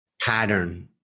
pattern